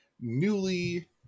newly